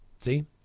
See